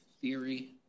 theory